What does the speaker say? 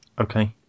Okay